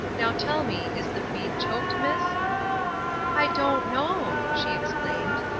now tell me, is the feed choked, miss i don't know she exclaimed.